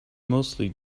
mostly